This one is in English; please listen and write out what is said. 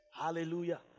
Hallelujah